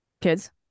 kids